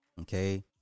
Okay